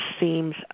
seems